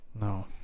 No